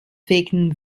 wecken